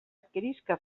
adquirisca